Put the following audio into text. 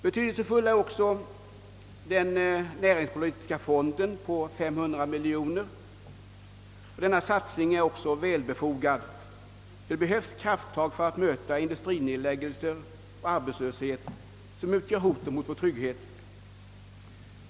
Betydelsefull är även den näringspolitiska fonden på 500 miljoner kronor. Denna satsning är väl befogad. Det behövs krafttag för att möta industrinedläggelser och arbetslöshet, som utgör hot mot vår trygghet.